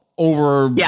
over